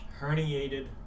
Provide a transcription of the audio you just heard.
herniated